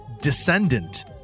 Descendant